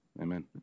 amen